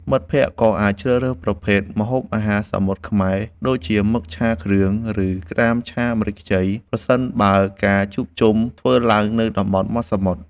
មិត្តភក្តិក៏អាចជ្រើសរើសប្រភេទ ម្ហូបអាហារសមុទ្រខ្មែរ ដូចជា មឹកឆាគ្រឿង ឬក្តាមឆាម្រេចខ្ចី ប្រសិនបើការជួបជុំធ្វើឡើងនៅតំបន់មាត់សមុទ្រ។